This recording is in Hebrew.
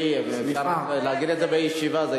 שלי, אי-אפשר להגיד את זה בישיבה.